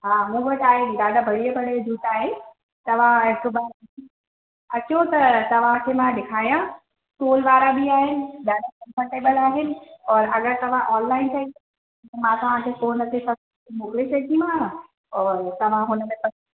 हा मूं वट आहिनि ॾाढा बढ़िया बढ़िया जूता आहिनि तव्हां सुभाणे अचो त तव्हांखे मां ॾेखारियां सोल वारा बि आहिनि ॾाढा कंफ़र्टेबल आहिनि और अगरि तव्हां ऑनलाइन चाईंदव मां तव्हांखे फ़ोन ते पसं मोकिले छॾिदीमाव और तव्हां हुनमें पसं